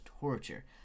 torture